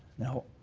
now,